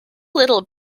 little